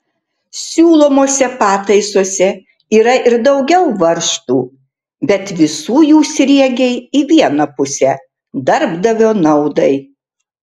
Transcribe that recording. siūlomose pataisose yra ir daugiau varžtų bet visų jų sriegiai į vieną pusę darbdavio naudai